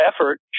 effort